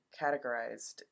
categorized